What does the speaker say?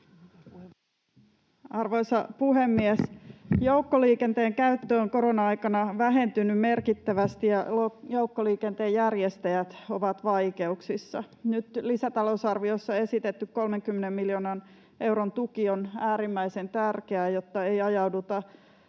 Arvoisa puhemies! Joukkoliikenteen käyttö on korona-aikana vähentynyt merkittävästi, ja joukkoliikenteen järjestäjät ovat vaikeuksissa. Nyt lisätalousarviossa esitetty 30 miljoonan euron tuki on äärimmäisen tärkeä, jotta ei ajauduta